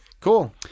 Cool